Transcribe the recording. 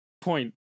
point